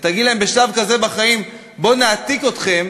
ותגיד להם בשלב כזה בחיים: בואו נעתיק אתכם